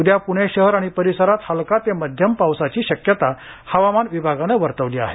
उद्या प्णे शहर आणि परिसरात हलका तो मध्यम पावसाची शक्यता हवामान विभागानं वर्तवली आहे